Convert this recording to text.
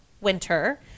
winter